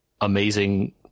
amazing